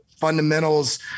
fundamentals